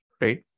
right